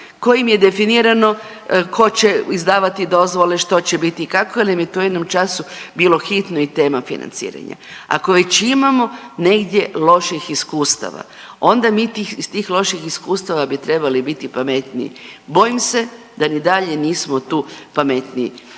kojim je definirano ko će izdavati dozvole, što će biti i kako jel im je to u jednom času bilo hitno i tema financiranja. Ako već imamo negdje loših iskustava onda mi tih, iz tih loših iskustava bi trebali biti pametniji, bojim se da ni dalje nismo tu pametniji,